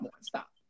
stop